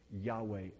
Yahweh